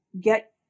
get